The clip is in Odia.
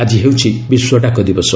ଆଜି ହେଉଛି ବିଶ୍ୱ ଡାକ ଦିବସ